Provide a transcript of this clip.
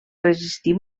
resistir